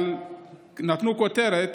אבל נתנו כותרת: